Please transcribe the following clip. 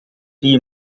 die